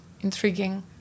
intriguing